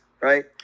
right